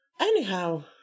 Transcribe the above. Anyhow